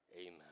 Amen